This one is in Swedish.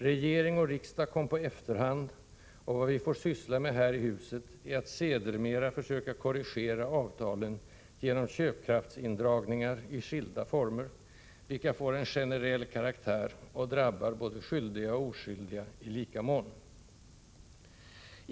Regering och riksdag kom på efterhand, och vad vi får syssla med här i huset är att sedermera försöka korrigera avtalen genom köpkraftsindragningar i skilda former, vilka får en generell karaktär och drabbar både skyldiga och oskyldiga i lika mån.